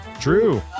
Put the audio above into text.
True